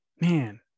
man